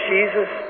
Jesus